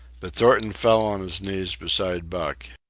but thornton fell on his knees beside buck.